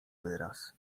wyraz